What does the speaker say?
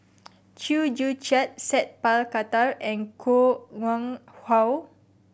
Chew Joo Chiat Sat Pal Khattar and Koh Nguang How